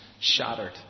shattered